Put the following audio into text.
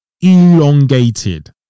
elongated